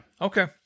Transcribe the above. okay